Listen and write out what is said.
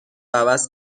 عوض